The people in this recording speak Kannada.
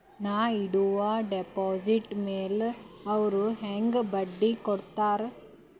ನಾ ಇಡುವ ಡೆಪಾಜಿಟ್ ಮ್ಯಾಲ ಅವ್ರು ಹೆಂಗ ಬಡ್ಡಿ ಕೊಡುತ್ತಾರ?